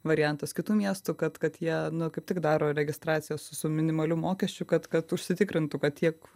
variantas kitų miestų kad kad jie nu kaip tik daro registracijas su su minimaliu mokesčiu kad kad užsitikrintų kad tiek